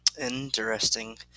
Interesting